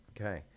Okay